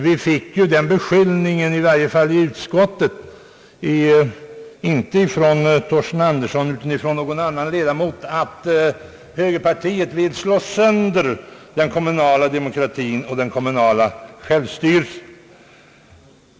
Vi utsattes ju för den beskyllningen, i varje fall i utskottet — inte från herr Torsten Andersson utan från en annan ledamot — att högerpartiet vill slå sönder den kommunala demokratin och den kommunala självstyrelsen.